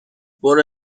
برو